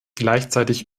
gleichzeitig